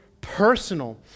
personal